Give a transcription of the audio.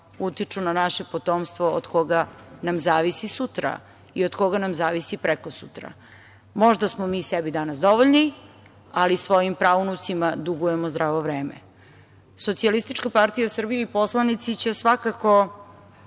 utiču na naše potomstvo od koga nam zavisi sutra i od koga nam zavisi prekosutra. Možda smo mi sebi danas dovoljni, ali svojim praunucima dugujemo zdravo vreme. Socijalistička partija Srbije i poslanici će svakako